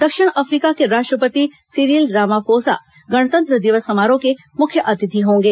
दक्षिण अफ्रीका के राष्ट्रपति सिरिल रामाफोसा गणतंत्र दिवस समारोह के मुख्य अतिथि होंगे